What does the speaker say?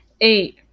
Eight